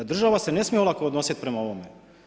Država se ne smije olako odnositi prema ovome.